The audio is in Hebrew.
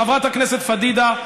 חברת הכנסת פדידה,